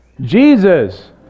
Jesus